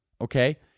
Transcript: Okay